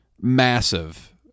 massive